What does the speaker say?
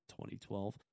2012